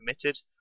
committed